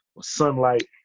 sunlight